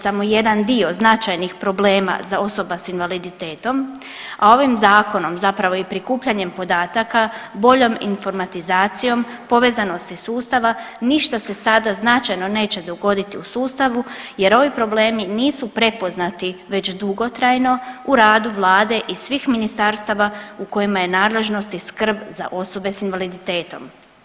Samo jedan dio značajnih problema za osobe s invaliditetom, a ovim zakonom zapravo i prikupljanjem podataka, boljom informatizacijom, povezanosti sustava ništa se sada značajno neće dogoditi u sustavu jer ovi problemi nisu prepoznati već dugotrajno u radu vlade i svih ministarstava u kojima je nadležnost i skrb za osobe s invaliditetom.